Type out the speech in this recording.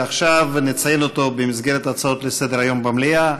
ועכשיו נציין אותו במסגרת הצעות לסדר-היום במליאה,